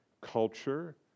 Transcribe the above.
culture